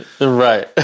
Right